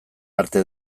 arte